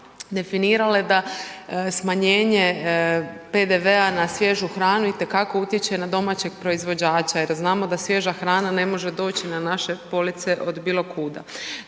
definirale da smanjenje PDV-a na svježu hranu itekako utječe na domaćeg proizvođača jer znamo da svježa hrana ne može doći na naše police od bilo kuda.